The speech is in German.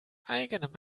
eigenem